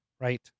Right